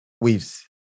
weaves